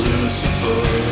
Lucifer